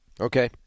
Okay